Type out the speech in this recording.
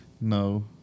No